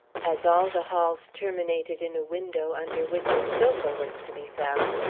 as all the halls terminated in a window under which a sofa was to be found,